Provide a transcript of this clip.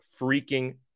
freaking